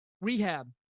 rehab